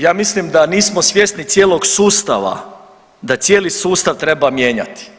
Ja mislim da nismo svjesni cijelog sustava, da cijeli sustav treba mijenjati.